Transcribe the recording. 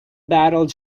barreled